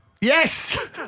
Yes